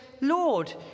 Lord